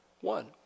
one